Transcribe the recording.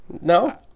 no